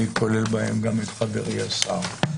אני כולל בהם גם את חברי השר.